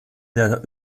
der